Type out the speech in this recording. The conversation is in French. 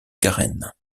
carène